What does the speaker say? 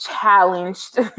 Challenged